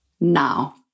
now